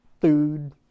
food